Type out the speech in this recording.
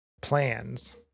plans